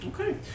Okay